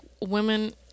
women